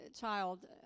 child